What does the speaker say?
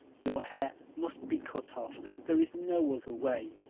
your hair must be cut off there is no other way.